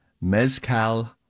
Mezcal